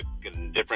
different